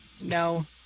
No